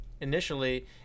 initially